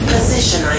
Position